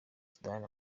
sudan